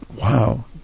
Wow